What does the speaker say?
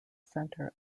centre